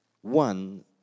one